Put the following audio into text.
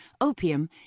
opium